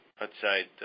outside